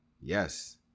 Yes